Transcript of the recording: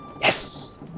Yes